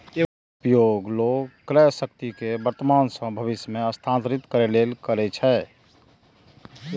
मूल्य भंडारक उपयोग लोग क्रयशक्ति कें वर्तमान सं भविष्य मे स्थानांतरित करै लेल करै छै